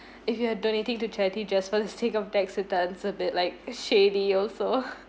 if you are donating to charity just for the sake of taxes a bit like shady also